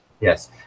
Yes